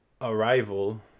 arrival